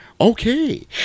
Okay